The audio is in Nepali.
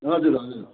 हजुर हजुर